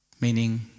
Meaning